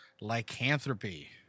lycanthropy